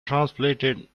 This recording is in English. transplanted